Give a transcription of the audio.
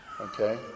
okay